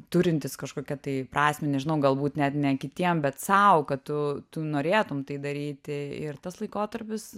turintys kažkokią tai prasmę nežinau galbūt net ne kitiem bet sau kad tu tu norėtum tai daryti ir tas laikotarpis